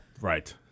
right